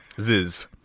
Ziz